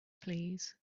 please